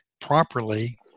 properly